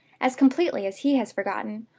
as completely as he has forgotten,